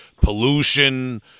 Pollution